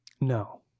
No